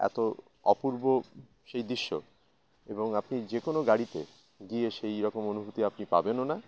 এত অপূর্ব সেই দৃশ্য এবং আপনি যে কোনো গাড়িতে গিয়ে সেই রকম অনুভূতি আপনি পাবেনও না